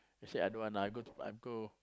I said I don't want lah I go I go